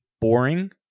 boring